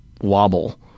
wobble